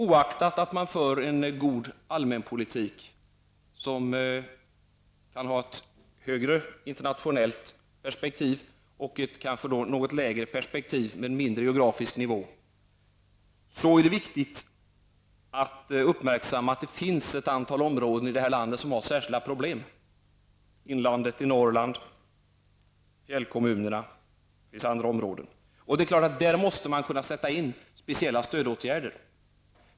Oaktat att man för en god allmänpolitik, som kan ha ett större internationellt perspektiv och ett något mindre perspektiv geografiskt sett, är det viktigt att uppmärksamma att det finns ett antal områden i det här landet som har speciella problem, t.ex. inlandet i Norrland, fjällkommunerna och andra områden. Det är klart att man på dessa områden måste kunna sätta in speciella stödåtgärder.